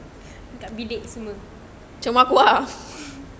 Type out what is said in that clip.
dekat bilik semua